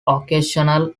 occasional